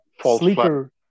sleeper